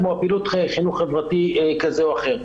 כמו פעילות חינוך חברתי כזה או אחר.